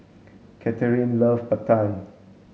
Katherin love Pad Thai